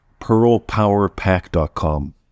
PearlPowerPack.com